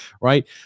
right